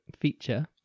feature